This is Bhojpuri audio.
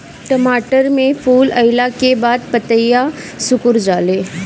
टमाटर में फूल अईला के बाद पतईया सुकुर जाले?